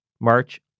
March